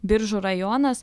biržų rajonas